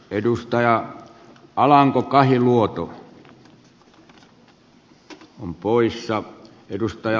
edustaja alanko kahiluoto poissa edustaja haapanen